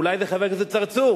או אולי זה חבר הכנסת צרצור,